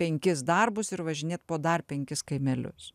penkis darbus ir važinėt po dar penkis kaimelius